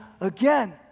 again